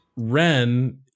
ren